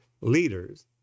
leaders